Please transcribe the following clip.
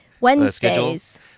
Wednesdays